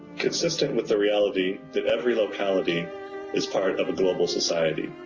consistent with the reality that every locality is part of a global society.